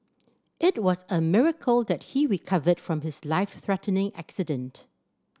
it was a miracle that he recovered from his life threatening accident